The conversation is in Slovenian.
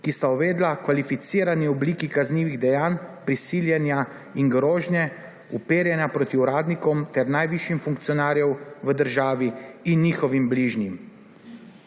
ki sta uvedla kvalificirani obliki kaznivih dejanj prisiljenja in grožnje uperjene proti uradnikom ter najvišjim funkcionarjem v državi in njihovim bližnjim.